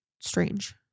strange